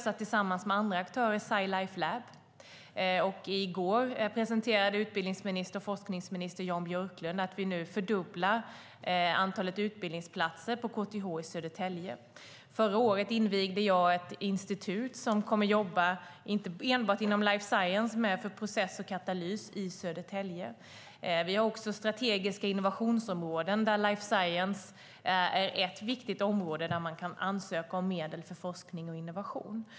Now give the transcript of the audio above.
Tillsammans med andra aktörer har vi sjösatt Sci Life Lab. I går presenterade utbildnings och forskningsminister Jan Björklund att antalet utbildningsplatser på KTH i Södertälje ska fördubblas. Förra året invigde jag ett institut som inte kommer att jobba enbart inom life science, utan med process och katalys i Södertälje. Vi har också strategiska innovationsområden där life science är ett viktigt område som man kan söka medel ifrån för forskning och innovation.